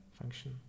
function